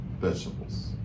vegetables